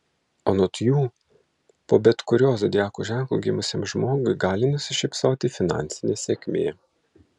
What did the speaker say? anot jų po bet kuriuo zodiako ženklu gimusiam žmogui gali nusišypsoti finansinė sėkmė